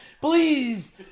please